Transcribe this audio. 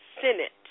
Senate